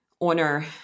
honor